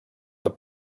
the